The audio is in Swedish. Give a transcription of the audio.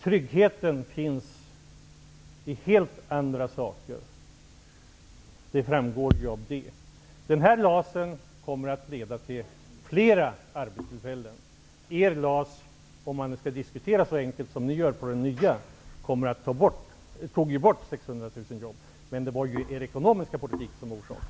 Tryggheten finns i helt andra saker. Det framgår av detta. Den nya lagen om anställningsskydd kommer att leda till fler arbetstillfällen. Om man skall diskutera lika enkelt som ni gör kan man säga att ''er'' LAS tog bort 600 000 jobb. Men det var er ekonomiska politik som var orsaken.